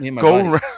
go